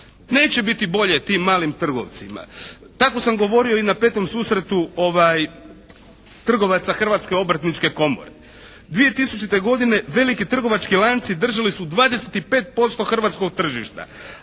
Neće biti bolje tim malim trgovcima. Tako sam govorio i na 5. susretu trgovaca Hrvatske obrtničke komore. 2000. godine veliki trgovački lanci držali su 25% hrvatskog tržišta